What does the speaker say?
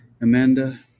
Amanda